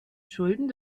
schulden